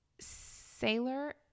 sailor